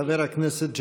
חבר הכנסת ג'בארין,